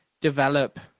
develop